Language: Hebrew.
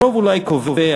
הרוב אולי קובע,